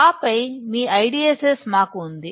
ఆపై మీ IDSS మాకు ఉంది